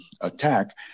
attack